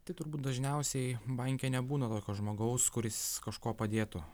tai turbūt dažniausiai banke nebūna tokio žmogaus kuris kažko padėtų